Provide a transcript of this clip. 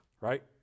right